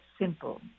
simple